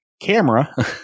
camera